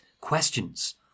questions